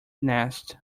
nest